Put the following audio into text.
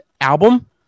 album